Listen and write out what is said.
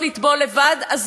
אבל זה שזה יהיה פה,